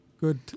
good